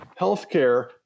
healthcare